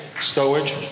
stowage